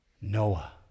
Noah